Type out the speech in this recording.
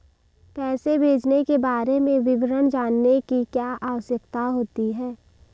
पैसे भेजने के बारे में विवरण जानने की क्या आवश्यकता होती है?